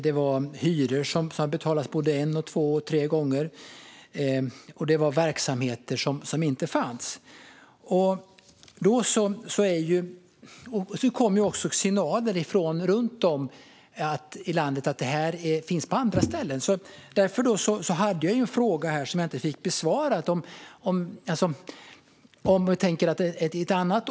Det var hyror som hade betalats både en, två och tre gånger, och det var verksamheter som inte fanns. Sedan kom signaler från runt om i landet att det här förekommer även på andra ställen. Jag hade en fråga om detta i interpellationen som jag inte fick besvarad.